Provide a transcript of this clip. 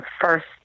first